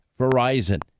Verizon